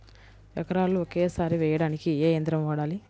ఎకరాలు ఒకేసారి వేయడానికి ఏ యంత్రం వాడాలి?